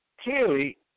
clearly